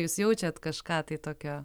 jūs jaučiat kažką tai tokio